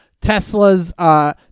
Tesla's